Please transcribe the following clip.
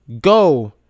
go